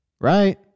right